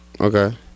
Okay